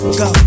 go